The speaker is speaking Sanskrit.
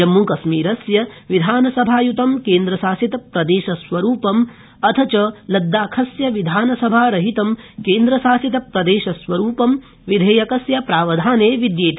जम्मूकश्मीरस्य विधानसभायुतं केन्द्रशासितप्रदेशस्वरूपम् अथ च लद्दाखस्य विधानसभा रहितं केन्द्रशासितप्रदेशस्वरूपं विधेयकस्य प्रावधाने विद्यते